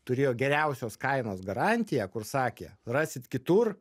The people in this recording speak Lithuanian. turėjo geriausios kainos garantiją kur sakė rasit kitur